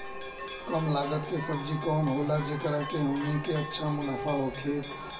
कम लागत के सब्जी कवन होला जेकरा में हमनी के अच्छा मुनाफा होखे?